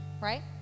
right